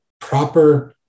proper